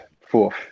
fourth